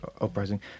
uprising